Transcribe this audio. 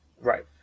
Right